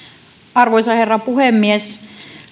arvoisa herra puhemies